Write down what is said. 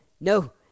No